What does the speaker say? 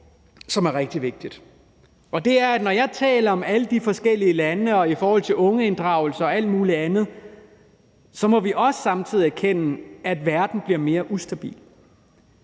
som er rigtig vigtigt. Når jeg taler om alle de forskellige lande, om ungeinddragelse og om alt muligt andet, må vi samtidig erkende, at verden bliver mere ustabil,